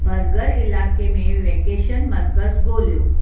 burger इलाइक़े में vacation मर्कज़ ॻोल्हियो